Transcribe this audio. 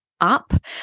up